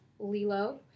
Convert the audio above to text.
Lilo